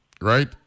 right